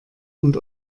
und